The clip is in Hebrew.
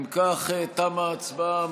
אם כך, תמה ההצבעה.